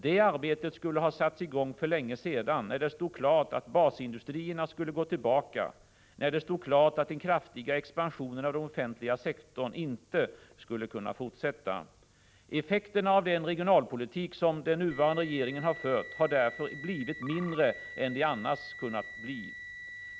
Det arbetet skulle ha satts i gång för länge sedan, när det stod klart att basindustrierna skulle gå tillbaka, när det stod klart att den kraftiga expansionen av den offentliga sektorn inte skulle kunna fortsätta. Effekterna av den regionalpolitik som den nuvarande regeringen har fört har därför blivit mindre än de annars skulle ha kunnat bli.